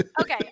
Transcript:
Okay